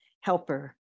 helper